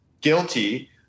guilty